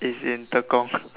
is in Tekong